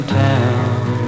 town